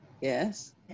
Yes